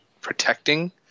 protecting